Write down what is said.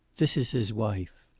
this is his wife.